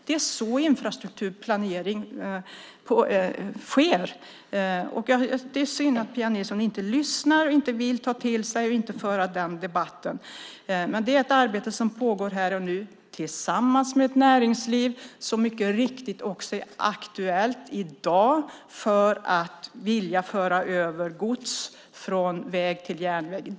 Det är så infrastrukturplanering sker. Det är synd att Pia Nilsson inte lyssnar och inte vill ta till sig och föra den debatten. Men det är ett arbete som pågår här och nu tillsammans med näringslivet, som mycket riktigt också är aktuellt i dag för att vilja föra över gods från väg till järnväg.